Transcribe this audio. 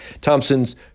Thompson's